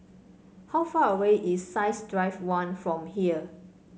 how far away is Science Drive One from here